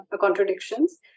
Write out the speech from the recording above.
contradictions